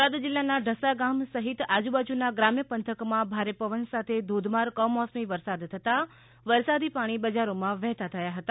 બોટાદ જીલ્લાના ઢસાગામ સહિત આજુ બાજુના ગ્રામ્ય પંથકમાં ભારે પવન સાથે ધોધમાર કમોસમી વરસાદ થતાં વરસાદી પાણી બજારોમાં વહેતા થયા હતા